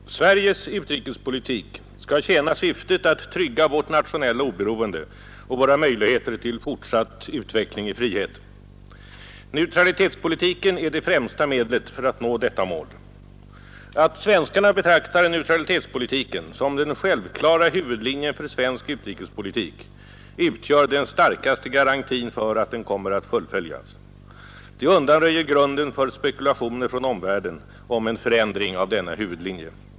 Herr talman! Sveriges utrikespolitik skall tjäna syftet att trygga vårt nationella oberoende och våra möjligheter till fortsatt utveckling i frihet. Neutralitetspolitiken är det främsta medlet för att nå detta mål. Att svenskarna betraktar neutralitetspolitiken som den självklara huvudlinjen för svensk utrikespolitik utgör den starkaste garantin för att den kommer att fullföljas. Det undanröjer grunden för spekulationer från omvärlden om en förändring av denna huvudlinje.